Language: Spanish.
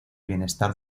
bienestar